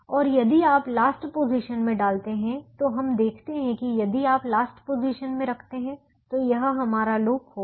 और यदि आप लास्ट पोजीशन में डालते हैं तो हम देखते हैं कि यदि आप लास्ट पोजीशन में रखते हैं तो यह हमारा लूप होगा